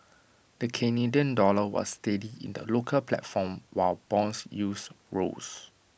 the Canadian dollar was steady in the local platform while Bond yields rose